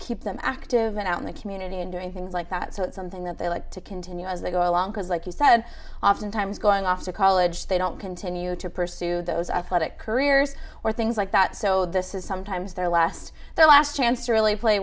keep them active and out in the community and doing things like that so it's something that they like to continue as they go along because like you said oftentimes going off to college they don't continue to pursue those athletic careers or things like that so this is sometimes their last their last chance to really play